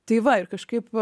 tai va ir kažkaip